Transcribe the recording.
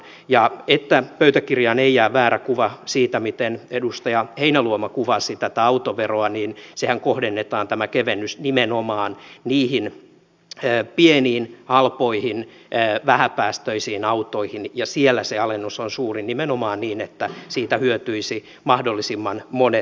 ja että pöytäkirjaan ei jää väärä kuva siitä miten edustaja heinäluoma kuvasi tätä autoveroa niin tämä kevennyshän kohdennetaan nimenomaan niihin pieniin halpoihin vähäpäästöisiin autoihin ja siellä se alennus on suurin nimenomaan niin että siitä hyötyisivät mahdollisimman monet suomalaiset